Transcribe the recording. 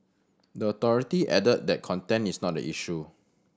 the authority added that content is not the issue